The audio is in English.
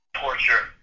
torture